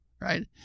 right